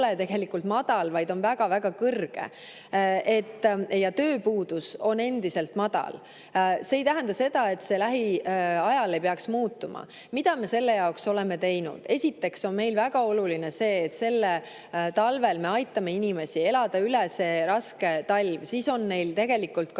tööpuudus on endiselt madal. See ei tähenda seda, et see lähiajal ei peaks muutuma. Mida me selle jaoks oleme teinud? Esiteks on meile väga oluline see, et me aitame inimesi elada üle see raske talv, siis on neil ka rohkem